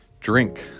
drink